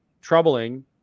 troubling